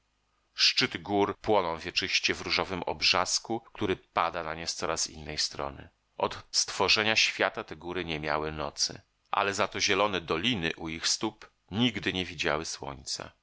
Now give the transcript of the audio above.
szczyty gór płoną wieczyście w różowym obrzasku który pada na nie z coraz innej strony od stworzenia świata te góry nie miały nocy ale zato zielone doliny u ich stóp nigdy nie widziały słońca